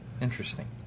Interesting